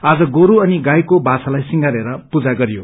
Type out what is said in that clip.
आज गोरू अनि गाईको बाछालाई सिंगारेर पूजा गरियो